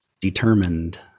determined